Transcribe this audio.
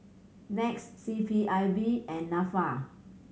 NETS C P I B and Nafa